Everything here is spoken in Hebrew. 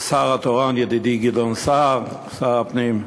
השר התורן, ידידי גדעון סער, שר הפנים,